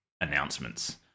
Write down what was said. announcements